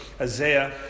Isaiah